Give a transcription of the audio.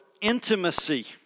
intimacy